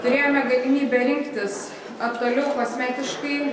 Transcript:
turėjome galimybę rinktis aktualiau kosmetiškai